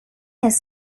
his